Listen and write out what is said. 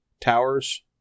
towers